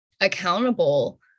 accountable